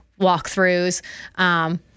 walkthroughs